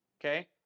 okay